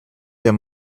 der